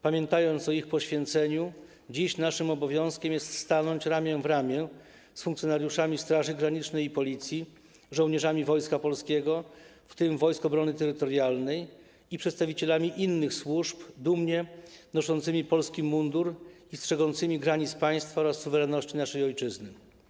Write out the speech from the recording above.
Pamiętając o ich poświęceniu dziś naszym obowiązkiem jest stanąć ramię w ramię z funkcjonariuszami Straży Granicznej i Policji, żołnierzami Wojska Polskiego, w tym Wojsk Obrony Terytorialnej, i przedstawicielami innych służb dumnie noszącymi polski mundur i strzegącymi granic państwa oraz suwerenności naszej Ojczyzny.